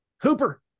Hooper